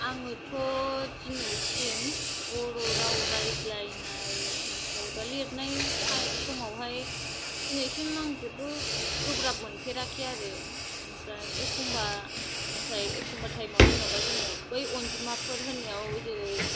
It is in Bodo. आङोथ' दिनैसिम बर' राव राइज्लायनाय ओमफ्राय बा लिरनाय थाइ समावहाय दिनैसिम आं जेबो गोब्राब मोनफेराखै आरो ओमफ्राय एखमबा नाथाय एखमबा टाइमाव जेन'बा जोङो बै अनजिमाफोर होननायाव जेरै